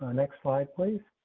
ah next slide. please.